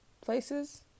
places